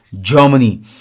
Germany